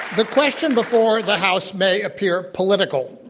the question before the house may appear political.